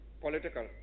political